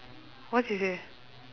what she say